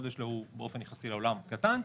שהגודל שלו באופן יחסי לעולם קטן,